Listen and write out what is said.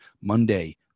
Monday